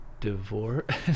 Divorce